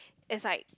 inside